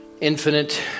infinite